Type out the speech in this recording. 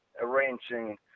arranging